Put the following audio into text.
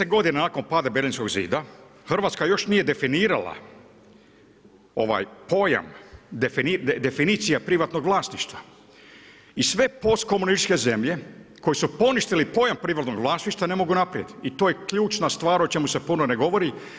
30 godina nakon pada Berlinskog zida Hrvatska još nije definirala ovaj pojam, definicija privatnog vlasništva i sve post komunističke zemlje koje su poništile pojam privatnog vlasništva ne mogu naprijed i to je ključna stvar o čemu se puno ne govori.